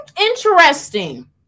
Interesting